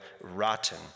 rotten